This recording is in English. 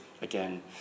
again